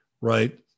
right